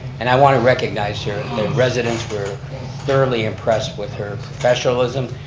and i want to recognize her. the residents were thoroughly impressed with her professionalism,